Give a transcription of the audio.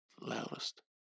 loudest